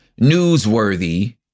newsworthy